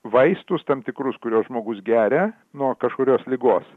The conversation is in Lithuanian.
vaistus tam tikrus kuriuos žmogus geria nuo kažkurios ligos